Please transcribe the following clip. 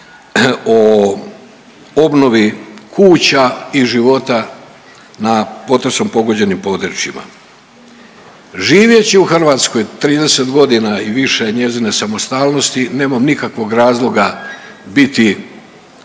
o obnovi kuća i života na potresom pogođenim područjima. Živeći u Hrvatskoj 30 godina i više njezine samostalnosti nemam nikakvog razloga biti,